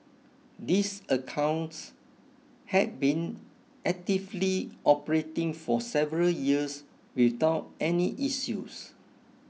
these accounts had been actively operating for several years without any issues